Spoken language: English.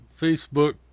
Facebook